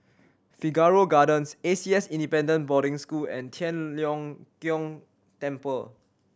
Figaro Gardens A C S Independent Boarding School and Tian Leong Keng Temple